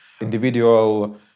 individual